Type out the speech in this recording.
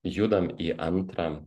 judam į antrą